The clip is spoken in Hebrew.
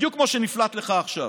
בדיוק כמו שנפלט לך עכשיו.